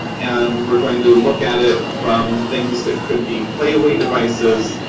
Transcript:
and we're going to look at it from things that could be playaway devices,